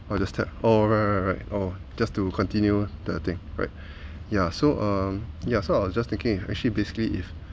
or just tap oh right right right oh just to continue the thing right yeah so um yeah so I was just thinking actually basically if